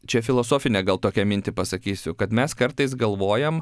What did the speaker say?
čia filosofinę gal tokią mintį pasakysiu kad mes kartais galvojam